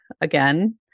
again